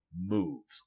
moves